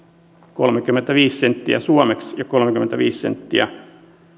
kolmekymmentäviisi senttiä suomeksi ja kolmekymmentäviisi senttiä